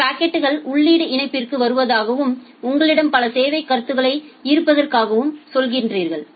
உங்கள் பாக்கெட்டுகள் உள்ளீட்டு இணைப்பிற்கு வருவதாகவும் உங்களிடம் பல சேவை வரிசைகள் இருப்பதாகவும் சொல்கிறீர்கள்